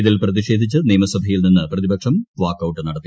ഇതിൽ പ്രതിഷേധിച്ചു നിയമസഭയിൽ നിന്നു പ്രതിപക്ഷം പ്രാക്കൌട്ട് നടത്തി